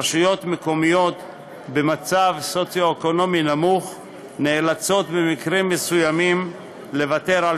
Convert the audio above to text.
רשויות מקומיות במצב סוציו-אקונומי נמוך נאלצות במקרים מסוימים לוותר על